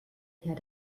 herr